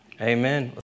amen